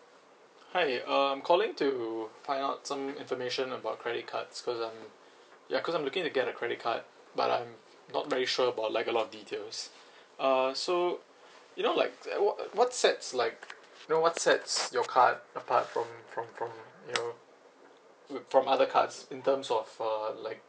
hi um calling to find out some information about credit cards cause I'm ya cause I'm looking to get a credit card but I'm not very sure about like a lot of details err so you know like uh what what sets like you know what sets your card apart from from from you know wi~ from other cards in terms of uh like